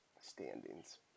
standings